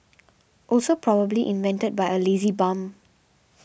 also probably invented by a lazy bum